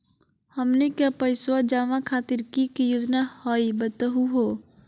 हमनी के पैसवा जमा खातीर की की योजना हई बतहु हो?